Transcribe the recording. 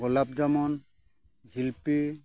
ᱜᱳᱞᱟᱯ ᱡᱟᱢᱩᱱ ᱡᱤᱞᱤᱯᱤ